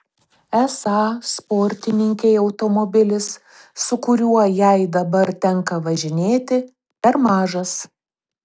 esą sportininkei automobilis su kuriuo jai dabar tenka važinėti per mažas